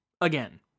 again